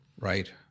Right